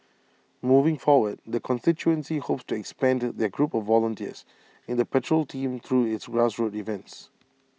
moving forward the constituency hopes to expand their group of volunteers in the patrol team through its grassroots events